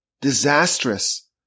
disastrous